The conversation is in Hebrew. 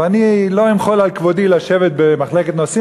ואני לא אמחל על כבודי לשבת במחלקת נוסעים,